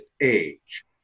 age